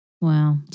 Wow